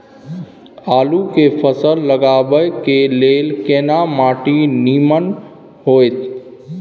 आलू के फसल लगाबय के लेल केना माटी नीमन होयत?